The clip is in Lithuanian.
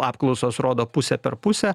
apklausos rodo pusę per pusę